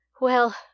Well